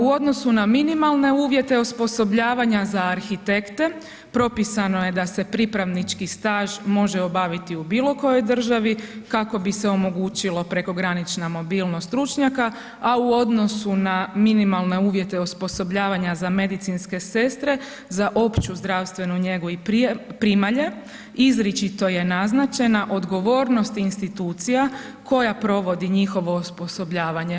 U odnosu na minimalne uvjete osposobljavanja za arhitekte, propisano je da se pripravnički staž može obaviti u bilo kojoj državi, kako bi se omogućila prekogranična mobilnost stručnjaka, a u odnosu na minimalne uvjete osposobljavanja za medicinske sestre za opću zdravstvenu njegu i primalje, izričito je naznačena odgovornost institucija koja provodi njihovo osposobljavanje.